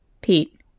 Pete